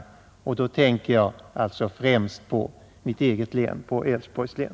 Och då tänker jag alltså främst på mitt eget län, Älvsborgs län.